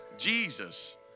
Jesus